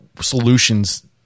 solutions